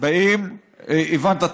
לא הבנתי.